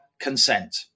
consent